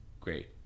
great